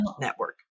network